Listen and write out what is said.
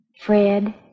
Fred